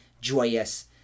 joyous